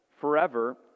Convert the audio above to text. forever